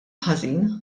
ħażin